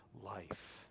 life